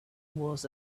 was